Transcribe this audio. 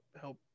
help